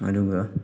ꯑꯗꯨꯒ